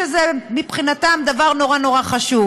שזה מבחינתם דבר נורא נורא חשוב.